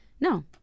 No